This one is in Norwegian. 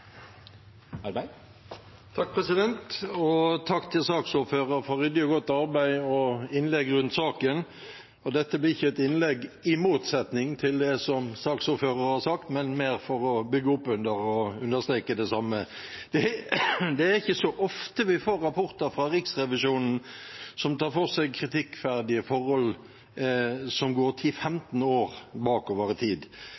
Takk til saksordføreren for ryddig og godt arbeid og tilsvarende innlegg rundt saken. Dette blir ikke et innlegg i motsetning til det saksordføreren har sagt, det blir mer for å bygge opp under og understreke det samme. Det er ikke så ofte vi får rapporter fra Riksrevisjonen som tar for seg kritikkverdige forhold som går